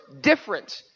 different